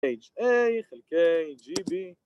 HA חלקי GB